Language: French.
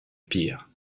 pire